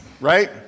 right